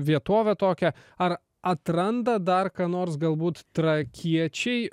vietovę tokią ar atranda dar ką nors galbūt trakiečiai